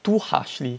too harshly